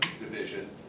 division